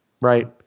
right